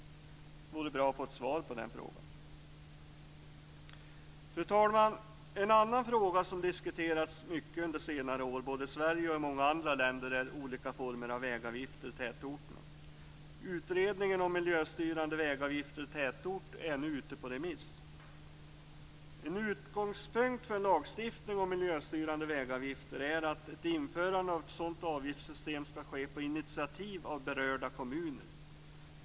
Det vore bra att få ett svar på den frågan. Fru talman! En annan fråga som diskuterats mycket under senare år, både i Sverige och i många andra länder, är olika former av vägavgifter i tätorterna. Utredningen Miljöstyrande vägavgifter i tätort är nu ute på remiss. En utgångspunkt för en lagstiftning om miljöstyrande vägavgifter är att ett införande av ett sådant avgiftssystem skall ske på initiativ av berörda kommuner.